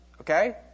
okay